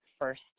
first